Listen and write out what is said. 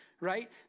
right